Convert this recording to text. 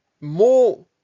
more